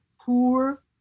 poor